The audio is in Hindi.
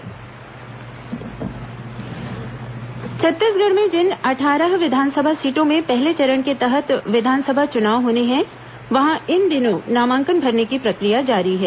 उम्मीदवार सूची छत्तीसगढ़ में जिन अटठारह विधानसभा सीटों में पहले चरण के तहत विधानसभा चुनाव होने हैं वहां इन दिनों नामांकन भरने की प्रक्रिया जारी है